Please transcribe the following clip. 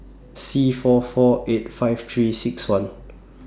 Sea four four eight five three six one